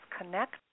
connect